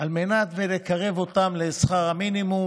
על מנת לקרב אותן לשכר המינימום.